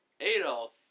Adolf